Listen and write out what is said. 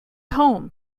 home